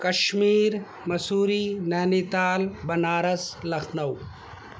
Kashmir Mussoorie Nainital Banaras Lucknow